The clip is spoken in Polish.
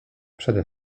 przede